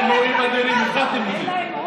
אלוהים אדירים, הפחדתם אותי.